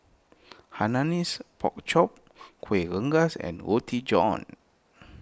Hainanese Pork Chop Kuih Rengas and Roti John